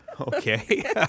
Okay